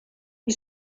die